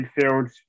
midfield